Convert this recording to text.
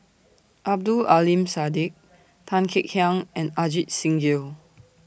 Abdul Aleem Siddique Tan Kek Hiang and Ajit Singh Gill